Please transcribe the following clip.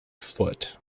foot